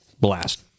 blast